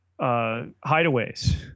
hideaways